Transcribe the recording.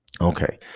Okay